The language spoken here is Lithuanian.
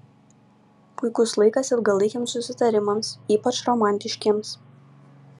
puikus laikas ilgalaikiams susitarimams ypač romantiškiems